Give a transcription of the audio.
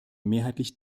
mehrheitlich